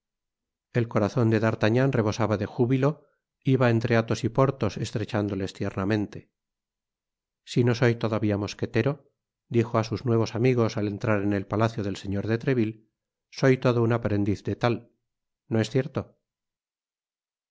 el corazon de d'artagnan rebosaba de júbilo iba entre albos y porthos estrechándoles tiernamente si no soy todavía mosquetero dijo á sus nuevos amigos al entrar en el palacio del señor de treville soy todo un aprendiz de tal no es cierto